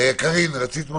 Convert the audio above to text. קארין, רצית להוסיף